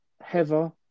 Heather